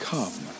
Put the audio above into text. Come